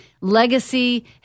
legacy